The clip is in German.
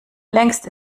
längst